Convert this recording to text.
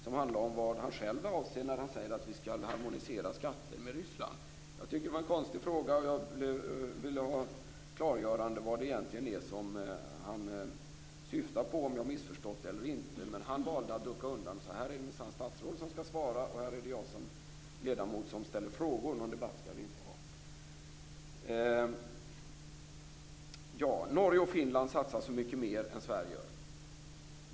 Den handlar om vad han själv avser när han säger att vi skall harmonisera våra skatter med Rysslands. Jag tycker att det var en konstig fråga, och jag vill ha ett klargörande av vad han egentligen syftar på och om jag har missförstått eller inte. Han valde att ducka undan och säga att det minsann är statsrådet som skall svara och att det är han som ledamot som ställer frågor. Någon debatt skall vi inte ha. Norge och Finland satsar så mycket mer än Sverige gör, sades det.